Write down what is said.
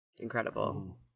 Incredible